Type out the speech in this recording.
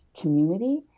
community